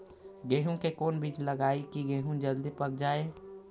गेंहू के कोन बिज लगाई कि गेहूं जल्दी पक जाए?